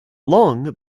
long